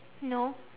no